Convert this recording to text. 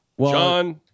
John